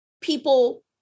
people